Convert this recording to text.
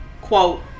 quote